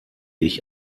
ich